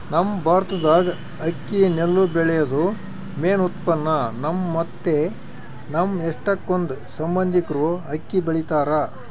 ನಮ್ ಭಾರತ್ದಾಗ ಅಕ್ಕಿ ನೆಲ್ಲು ಬೆಳ್ಯೇದು ಮೇನ್ ಉತ್ಪನ್ನ, ನಮ್ಮ ಮತ್ತೆ ನಮ್ ಎಷ್ಟಕೊಂದ್ ಸಂಬಂದಿಕ್ರು ಅಕ್ಕಿ ಬೆಳಿತಾರ